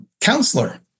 counselor